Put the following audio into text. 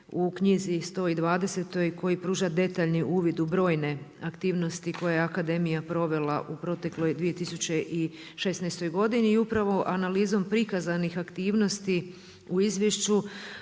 u knjizi 120 koji pruža detaljni uvid u brojne aktivnosti, koje akademija provela u protekloj 2016. godini i upravo analizom prikazanih aktivnosti u izvješću